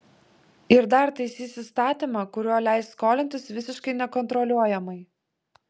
ir dar taisys įstatymą kuriuo leis skolintis visiškai nekontroliuojamai